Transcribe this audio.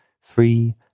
free